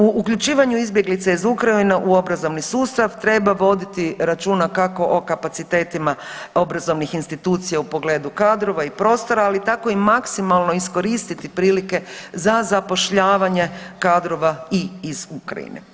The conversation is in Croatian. U uključivanju izbjeglica iz Ukrajine u obrazovni sustav treba voditi računa kako o kapacitetima obrazovnih institucija u pogledu kadrova i prostora, ali tako i maksimalno iskoristiti prilike za zapošljavanje kadrova i iz Ukrajine.